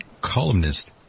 columnist